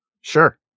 Sure